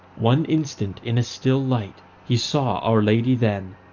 one instant in a still light he saw our lady then,